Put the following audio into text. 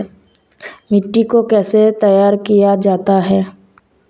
मिट्टी को कैसे तैयार किया जाता है?